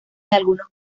algunos